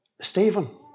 Stephen